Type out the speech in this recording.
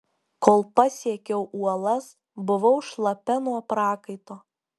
kol pasiekiau uolas buvau šlapia nuo prakaito